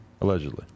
Allegedly